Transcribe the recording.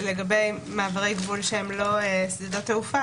לגבי מעברי גבול שהם לא שדות תעופה,